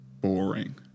boring